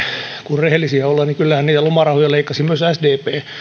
kun rehellisiä ollaan niin kyllähän niitä lomarahoja leikkasi myös sdp